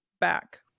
back